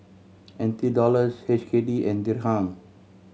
N T Dollars H K D and Dirham